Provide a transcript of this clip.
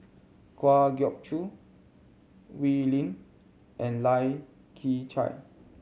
Kwa Geok Choo Wee Lin and Lai Kew Chai